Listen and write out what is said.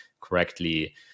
correctly